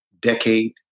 decade